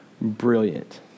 Brilliant